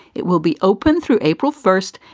it will be open through april first.